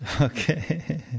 okay